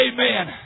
amen